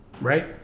right